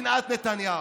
שנאת נתניהו.